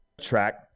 track